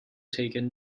taken